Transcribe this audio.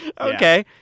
okay